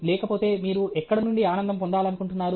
లేకపోతే మీరు ఎక్కడ నుండి ఆనందం పొందాలనుకుంటున్నారు